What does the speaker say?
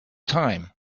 time